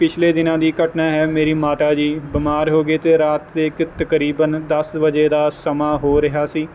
ਪਿਛਲੇ ਦਿਨਾਂ ਦੀ ਘਟਨਾ ਹੈ ਮੇਰੀ ਮਾਤਾ ਜੀ ਬਿਮਾਰ ਹੋ ਗਏ ਅਤੇ ਰਾਤ ਦੇ ਕ ਤਕਰੀਬਨ ਦਸ ਵਜੇ ਦਾ ਸਮਾਂ ਹੋ ਰਿਹਾ ਸੀ